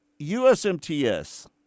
USMTS